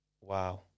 wow